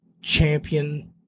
Champion